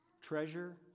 treasure